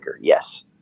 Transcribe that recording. Yes